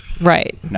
Right